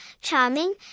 charming